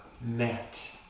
met